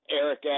Eric